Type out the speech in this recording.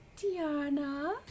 Diana